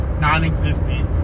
non-existent